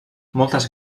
moltes